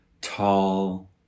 tall